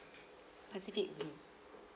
pacific blue